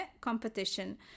competition